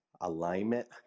alignment